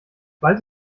bald